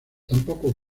tampoco